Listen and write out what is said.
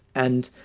and.